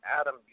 Adam